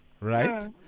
right